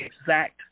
exact –